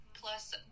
plus